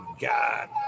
God